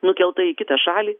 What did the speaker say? nukelta į kitą šalį